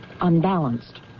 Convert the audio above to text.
unbalanced